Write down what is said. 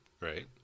Right